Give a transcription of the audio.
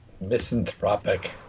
Misanthropic